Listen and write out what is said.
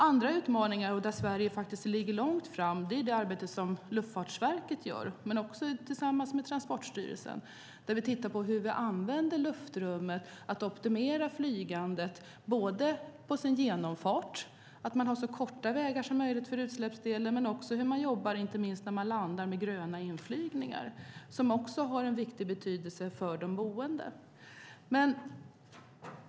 Andra utmaningar där Sverige ligger långt framme är det arbete som Luftfartsverket gör tillsammans med Transportstyrelsen. Man tittar på hur vi använder luftrummet för att optimera flygandet när det gäller genomfarten så att man har så korta vägar som möjligt med utsläpp och hur man landar med gröna inflygningar. Det har också stor betydelse för de boende.